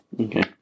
Okay